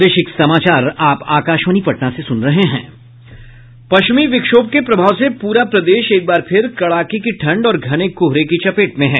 पश्चिमी विक्षोभ के प्रभाव से पूरा प्रदेश एक बार फिर कड़ाके की ठंड और घने कोहरे की चपेट में है